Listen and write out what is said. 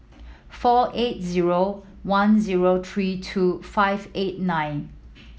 four eight zero one zero three two five eight nine